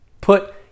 put